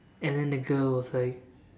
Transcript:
and then the girl was like